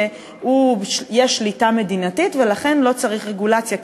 שיש שליטה מדינתית ולכן לא צריך רגולציה,